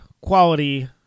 quality